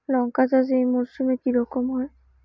লঙ্কা চাষ এই মরসুমে কি রকম হয়?